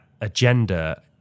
agenda